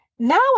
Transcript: Now